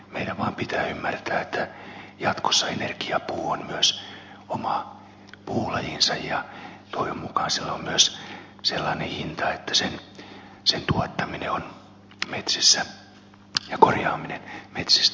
meidän vaan pitää ymmärtää että jatkossa energiapuu on myös oma puulajinsa ja toivon mukaan sillä on myös sellainen hinta että sen tuottaminen metsissä ja korjaaminen metsistä on järkevää